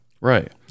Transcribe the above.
Right